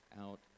out